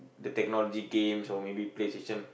the technology games or maybe PlayStation